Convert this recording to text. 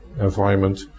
environment